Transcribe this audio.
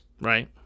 Right